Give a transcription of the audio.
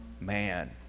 man